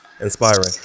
inspiring